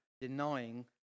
denying